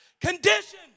Condition